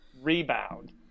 Rebound